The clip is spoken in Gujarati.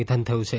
નિધન થયું છે